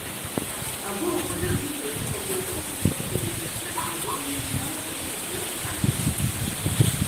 abu oponentai jau buvo gerokai įaudrinti tad vedėjui nelabai ir reikėjo skatinti diskusijos